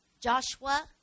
Joshua